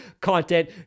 content